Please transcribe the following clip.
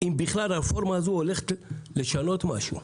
אם בכלל הרפורמה הזאת הולכת לשנות משהו.